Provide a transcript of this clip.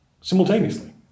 simultaneously